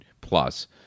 plus